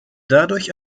dadurch